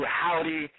howdy